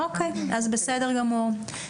אוקיי, אז בסדר גמור.